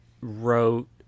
wrote